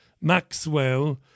Maxwell